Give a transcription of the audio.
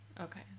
okay